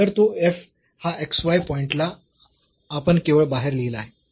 तर तो f हा x y पॉईंट ला आपण केवळ बाहेर लिहला आहे